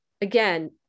again